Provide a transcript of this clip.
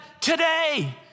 today